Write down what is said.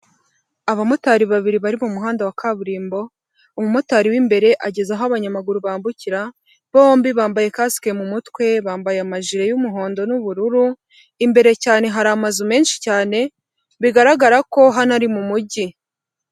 Abamotari babiri bari ku muhanda wa kaburimbo, umumotari w'imbere ageza aho abanyamaguru bambukira, bombi bambaye kasike mu mutwe bambaye amajire y'umuhondo n'ubururu imbere cyane hari amazu menshi cyane bigaragara ko hano ari mu mujyi.